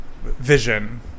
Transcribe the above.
vision